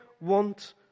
want